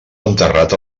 enterrat